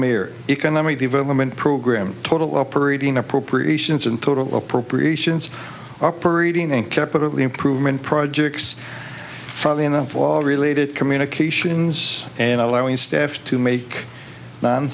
mayor economic development program total operating appropriations and total appropriations operating and kept it lee improvement projects from enough all related communications and allowing staff to make non